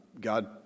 God